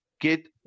get